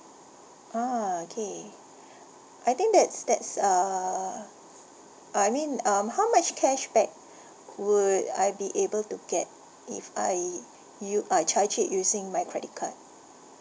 ah okay I think that's that's err I mean um how much cashback would I be able to get if I u~ I charge it using my credit card